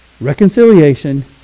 reconciliation